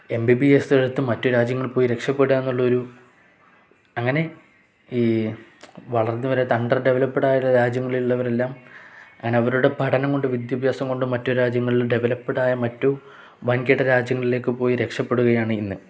M B B S എടുത്ത് മറ്റു രാജ്യങ്ങിൽ പോയി രക്ഷപ്പെടുകയെന്നുള്ളൊരു അങ്ങനെ ഈ വളർന്ന് വരുന്ന അണ്ടർ ഡെവലപ്പ്ഡ് ആയുള്ള രാജ്യങ്ങളിലുള്ളവരെയെല്ലാം അങ്ങനെ അവരുടെ പഠനം കൊണ്ട് വിദ്യാഭ്യാസം കൊണ്ട് മറ്റു രാജ്യങ്ങളിൽ ഡെവലപ്പ്ഡായ മറ്റു വൻകിട രാജ്യങ്ങളിലേക്ക് പോയി രക്ഷപ്പെടുകയാണ് ഇന്ന്